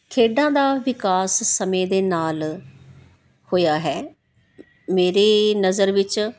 ਖੇਡਾਂ ਦਾ ਵਿਕਾਸ ਸਮੇਂ ਦੇ ਨਾਲ ਹੋਇਆ ਹੈ ਮੇਰੀ ਨਜ਼ਰ ਵਿੱਚ